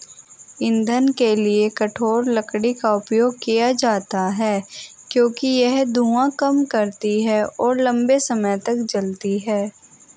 ईंधन के लिए कठोर लकड़ी का उपयोग किया जाता है क्योंकि यह धुआं कम करती है और लंबे समय तक जलती है